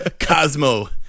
Cosmo